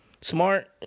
Smart